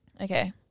Okay